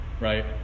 right